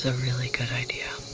ah really good idea.